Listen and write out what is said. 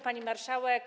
Pani Marszałek!